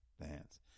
dance